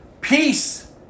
Peace